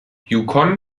yukon